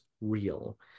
real